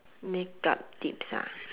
makeup tips ah